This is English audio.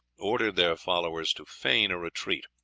ordered their followers to feign a retreat.